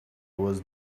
was